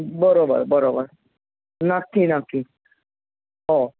बरोबर बरोबर नक्की नक्की हो